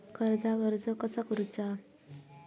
कर्जाक अर्ज कसा करुचा?